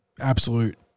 absolute